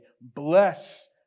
bless